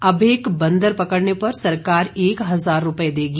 अब एक बंदर पकड़ने पर सरकार एक हजार रूपये देगी